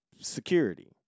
security